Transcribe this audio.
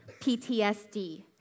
PTSD